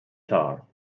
tar